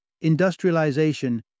industrialization